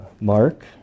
Mark